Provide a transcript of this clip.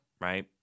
right